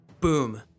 boom